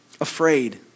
afraid